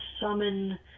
summon